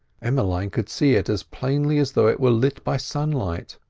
emmeline could see it as plainly as though it were lit by sunlight.